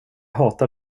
hatar